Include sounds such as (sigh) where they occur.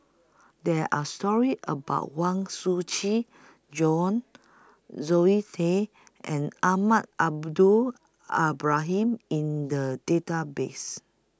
There Are stories about Huang Shiqi Joan Zoe Tay and Alma Al (unintelligible) Ibrahim in The Database